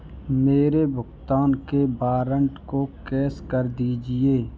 मेरे भुगतान के वारंट को कैश कर दीजिए